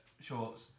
shorts